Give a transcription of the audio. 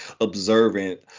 observant